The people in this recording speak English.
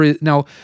Now